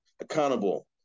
accountable